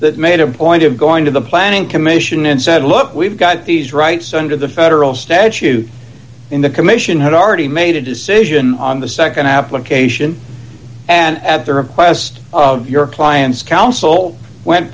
that made a point of going to the planning commission and said look we've got these rights under the federal statute in the commission had already made a decision on the nd application and at the request of your client's counsel went